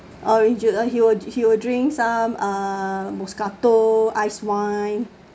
orange juice uh he'll drink he'll drink some uh moscato ice wine